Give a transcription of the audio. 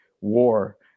war